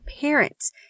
parents